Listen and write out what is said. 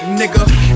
nigga